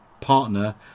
partner